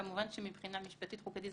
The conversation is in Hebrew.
כמובן שמבחינה משפטית חוקתית,